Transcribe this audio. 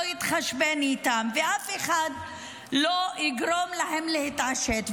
יתחשבן איתם ואף אחד לא יגרום להם להתעשת.